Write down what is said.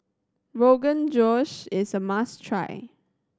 Rogan Josh is a must try